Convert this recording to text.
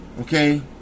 okay